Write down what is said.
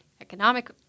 economic